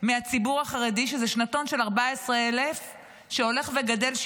מהציבור החרדי זה שנתון של 14,000 שהולך וגדל,